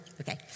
okay